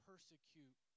persecute